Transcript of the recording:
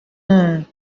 will